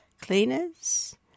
cleaners